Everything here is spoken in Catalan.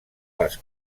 les